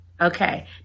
Okay